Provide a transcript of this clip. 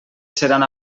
seran